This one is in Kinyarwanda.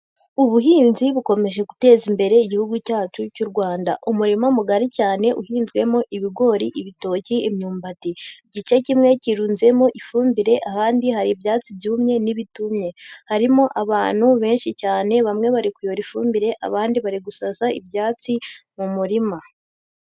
Ubuhinzi bukomeje guteza imbere igihugu cyacu cy'u Rwanda. Umurima mugari cyane uhinzwemo ibigori, ibitoki, imyumbati. Igice kimwe kirunzemo ifumbire, ahandi hari ibyatsi byumye n'ibitumye. Harimo abantu benshi cyane bamwe bari kuyora ifumbire abandi bari gusaza ibyatsi mu murima.